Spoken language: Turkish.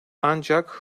ancak